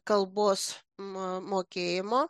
kalbos mo mokėjimo